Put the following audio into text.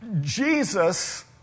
Jesus